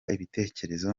ibitekerezo